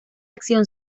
acción